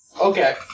Okay